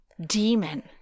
demon